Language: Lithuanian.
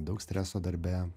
daug streso darbe